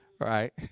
right